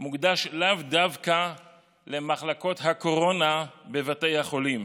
מוקדש לאו דווקא למחלקות הקורונה בבתי החולים.